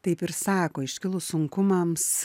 taip ir sako iškilus sunkumams